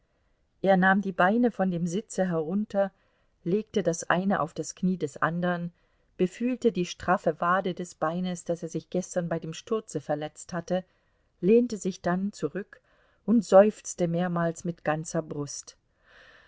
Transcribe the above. er nahm die beine von dem sitze herunter legte das eine auf das knie des andern befühlte die straffe wade des beines das er sich gestern bei dem sturze verletzt hatte lehnte sich dann zurück und seufzte mehrmals mit ganzer brust